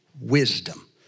wisdom